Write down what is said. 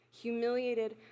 humiliated